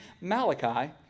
Malachi